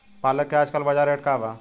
पालक के आजकल बजार रेट का बा?